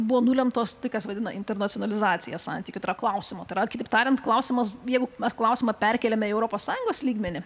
buvo nulemtos tai kas vadina internacionalizacija santykių klausimu tai yra kitaip tariant klausimas jeigu mes klausimą perkeliame į europos sąjungos lygmenį